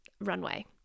runway